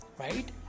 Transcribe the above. right